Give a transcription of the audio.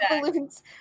balloons